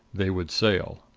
they would sail.